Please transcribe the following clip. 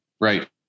Right